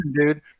Dude